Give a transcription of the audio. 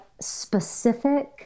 specific